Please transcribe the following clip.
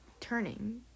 turning